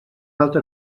altre